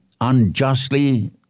unjustly